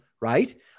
right